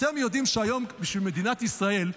אתם יודעים שהיום, בשביל מדינת ישראל,